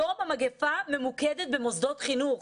המגפה היום ממוקדת במוסדות חינוך,